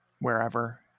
wherever